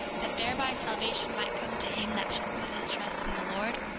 that thereby salvation might come to him that should put his trust in the lord,